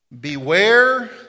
Beware